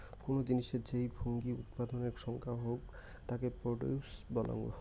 কোনো জিনিসের যেই ফুঙ্গি উৎপাদনের সংখ্যা হউক তাকে প্রডিউস বলাঙ্গ